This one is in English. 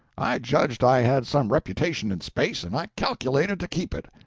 i judged i had some reputation in space, and i calculated to keep it.